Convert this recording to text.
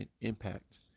impact